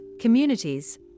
communities